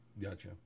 Gotcha